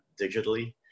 digitally